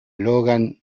logan